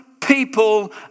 people